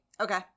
Okay